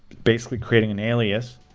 basically, creating an alias,